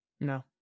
No